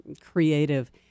creative